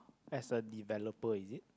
as a developer is it